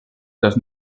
does